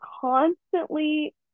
constantly